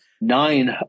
nine